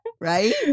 Right